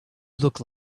look